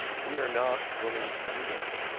we are not willing to do that.